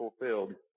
fulfilled